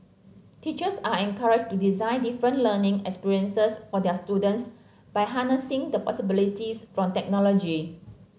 teachers are encouraged to design different learning experiences for their students by harnessing the possibilities from technology